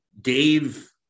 Dave